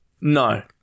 No